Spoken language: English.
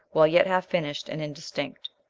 while yet half finished and indistinct.